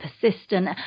persistent